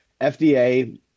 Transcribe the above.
FDA